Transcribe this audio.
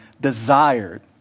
desired